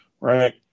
Right